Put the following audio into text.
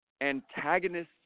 antagonists